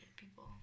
people